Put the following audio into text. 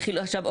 עכשיו,